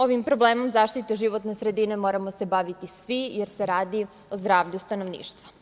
Ovim problemom zaštite životne sredine moramo se baviti svi, jer se radi o zdravlju stanovništva.